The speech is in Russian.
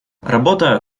работа